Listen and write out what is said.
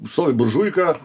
visoj buržuika